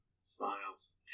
smiles